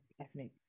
Ethnic